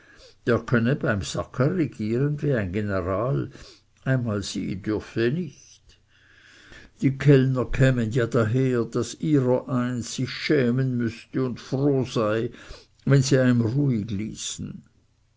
könne beim sacker regieren wie ein general einmal sie dürfte nicht die kellner kämen ja daher daß ihrereins sich schämen müßte und froh sei wenn sie eim ruhig ließen